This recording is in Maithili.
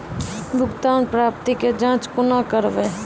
भुगतान प्राप्ति के जाँच कूना करवै?